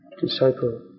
disciple